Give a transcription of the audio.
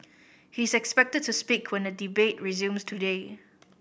he is expected to speak when the debate resumes today